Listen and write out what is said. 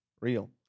real